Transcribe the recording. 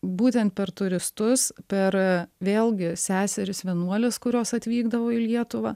būtent per turistus per vėlgi seseris vienuoles kurios atvykdavo į lietuvą